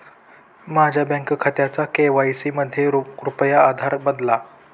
माझ्या बँक खात्याचा के.वाय.सी मध्ये कृपया आधार बदला